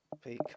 peak